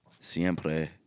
Siempre